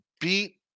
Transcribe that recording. Beat